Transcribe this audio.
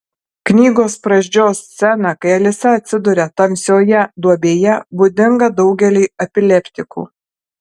knygos pradžios scena kai alisa atsiduria tamsioje duobėje būdinga daugeliui epileptikų